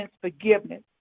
forgiveness